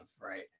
right